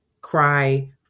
cry